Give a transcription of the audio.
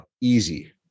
easy